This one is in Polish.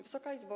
Wysoka Izbo!